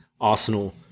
arsenal